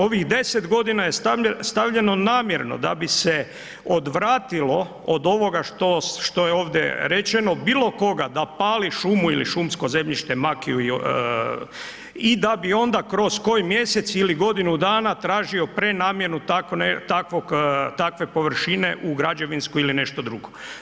Ovih 10 godina je stavljeno namjerno da bi se odvratilo od ovoga što je ovdje rečeno bilo koga da pali šumu ili šumsko zemljište, makiju i da bi onda kroz koji mjesec ili godinu dana tražio prenamjenu takve površine u građevinsku ili nešto drugo.